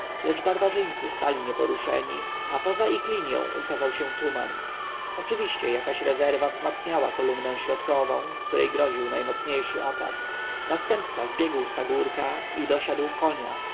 lecz barbarzyńcy stali nieporuszeni a poza ich linją ukazał się tuman oczywiście jakaś rezerwa wzmacniała kolumnę środkową której groził najmocniejszy atak następca zbiegł z pagórka i dosiadł konia